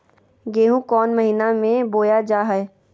गेहूँ कौन महीना में बोया जा हाय?